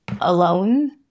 alone